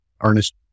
Ernest